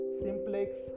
simplex